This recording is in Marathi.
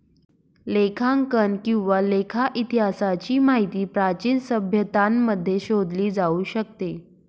लेखांकन किंवा लेखा इतिहासाची माहिती प्राचीन सभ्यतांमध्ये शोधली जाऊ शकते